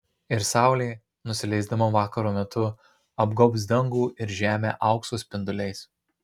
ir saulė nusileisdama vakaro metu apgaubs dangų ir žemę aukso spinduliais